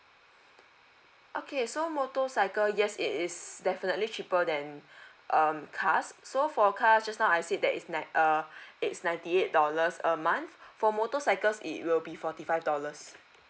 okay so motorcycle yes it is definitely cheaper than um cars so for cars just now I said that is nine err it's ninety eight dollars a month for motorcycles it will be forty five dollars